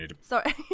Sorry